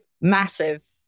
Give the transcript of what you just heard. massive